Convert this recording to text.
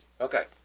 Okay